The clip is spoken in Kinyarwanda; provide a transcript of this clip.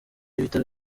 bitaro